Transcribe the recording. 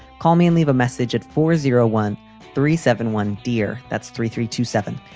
call me and leave a message at four zero one three seven one, dear. that's three three two seven.